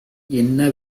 என்ன